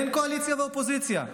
אין קואליציה ואופוזיציה.